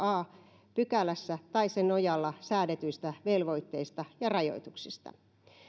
a pykälässä tai sen nojalla säädetyistä velvoitteista ja rajoituksista